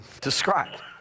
described